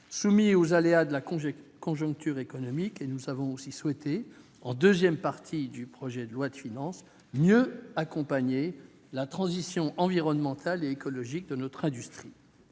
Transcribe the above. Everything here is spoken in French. soumis aux aléas de la conjoncture économique. Nous avons, d'autre part, souhaité, en seconde partie du projet de loi de finances, mieux accompagner la transition environnementale et écologique de notre industrie.